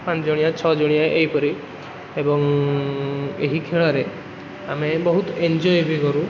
ପାଞ୍ଚଜଣିଆ ଛଅଜଣିଆ ଏହିପରି ଏବଂ ଏହି ଖେଳରେ ଆମେ ବହୁତ ଏନ୍ଜୟ ବି କରୁ